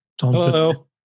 Hello